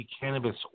cannabis